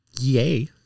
Yay